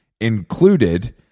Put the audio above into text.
included